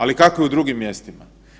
Ali kako je u drugim mjestima?